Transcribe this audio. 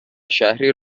شهری